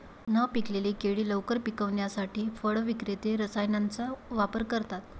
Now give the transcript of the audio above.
न पिकलेली केळी लवकर पिकवण्यासाठी फळ विक्रेते रसायनांचा वापर करतात